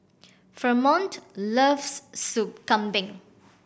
Fremont loves Soup Kambing